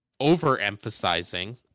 overemphasizing